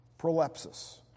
Prolepsis